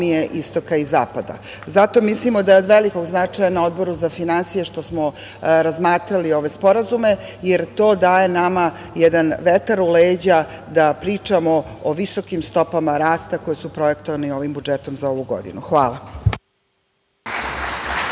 istoka i zapada. Zato mislimo da je od velikog značaja na Odboru za finansije, što smo razmatrali ove sporazume, jer to daje nama jedan vetar u leđa da pričamo o visokom stopama rasta koje su projektovane ovim budžetom za ovu godinu. Hvala.